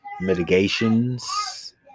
Mitigations